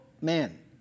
man